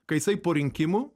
kai jisai po rinkimų